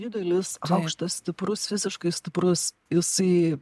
didelis aukštas stiprus fiziškai stiprus jisai